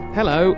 Hello